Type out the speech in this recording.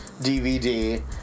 DVD